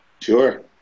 Sure